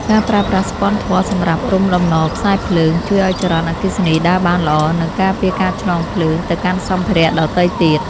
ការប្រើប្រាស់ស្ពាន់ធ័រសម្រាប់រុំតំណខ្សែភ្លើង ជួយឱ្យចរន្តអគ្គិសនីដើរបានល្អ និងការពារការឆ្លងភ្លើងទៅកាន់សម្ភារៈដទៃទៀត។